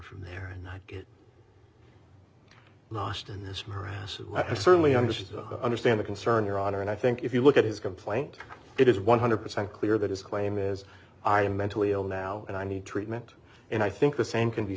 from there and i get lost in this morass and i certainly understood understand the concern your honor and i think if you look at his complaint it is one hundred percent clear that his claim is i am mentally ill now and i need treatment and i think the same can be